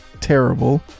terrible